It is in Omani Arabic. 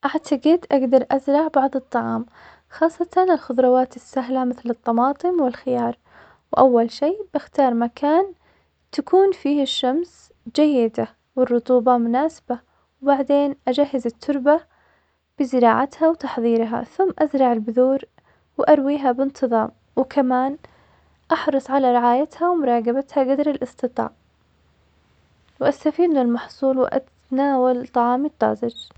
أعتقد أقدر أزرع بعض الطعام, خاصة الخضروات السهلة مثل الطماطم والخيار, وأول شي بختار مكان تكون فيه الشمس جيدة, والرطوبة مناسبة, وبعدين أجهز التربة بزراعتها وتحضيرها, ثم أزرع البذور وأرويها بانتظام, وكمان أحرص على رعايتها ومراقبتها قدر الإستطاعة, وأستفيد من المحصول وأتناول طعامي الطازج.